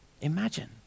Imagine